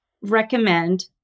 recommend